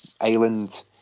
island